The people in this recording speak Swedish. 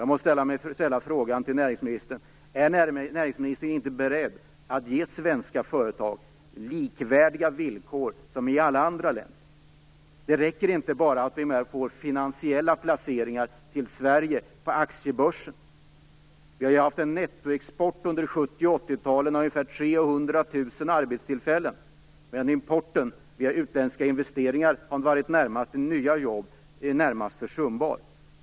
Jag skall ställa en fråga till näringsministern: Är han inte beredd att ge svenska företag villkor som är likvärdiga med dem som finns i alla andra länder? Det räcker inte bara med finansiella placeringar till Sverige på aktiebörsen. Sverige har haft en nettoexport under 70 och 80-talen av ungefär 300 000 arbetstillfällen. Importen via utländska investeringar som gett nya jobb har varit i det närmaste försumbar.